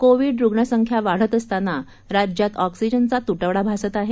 Covid रुग्ण संख्या वाढत असताना राज्यात ऑक्सीजनचा त्टवडा भासत आहे